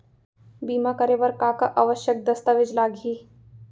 बीमा करे बर का का आवश्यक दस्तावेज लागही